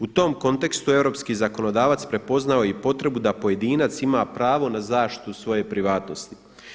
U tom kontekstu europski zakonodavac prepoznao je i potrebu da pojedinac ima pravo na zaštitu svoje privatnosti.